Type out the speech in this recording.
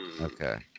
Okay